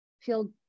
feel